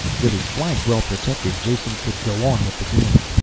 with his flank well protected, jason could go on with the game.